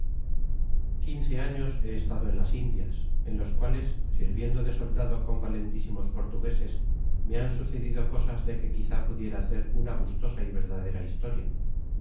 quince años he estado en las indias en los cuales sirviendo de soldado con valentísimos portugueses me han sucedido cosas de que quizá pudiera hacer una gustosa y verdadera historia